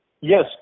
Yes